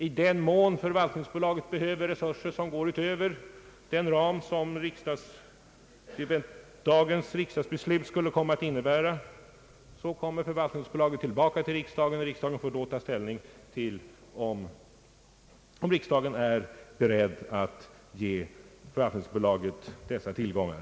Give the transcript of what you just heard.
I den mån förvaltningsbolaget behöver resurser som går utöver den ram som dagens riksdagsbeslut skulle komma att innebära kommer förvaltningsbolaget tillbaka till riksdagen, som då får ta ställning till om den är beredd att ge förvaltningsbolaget dessa tillgångar.